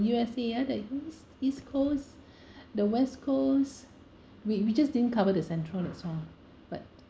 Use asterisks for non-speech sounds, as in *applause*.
U_S_A ah the east east coast *breath* the west coast we we just didn't cover the central that's all but